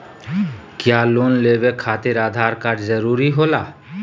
क्या लोन लेवे खातिर आधार कार्ड जरूरी होला?